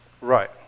Right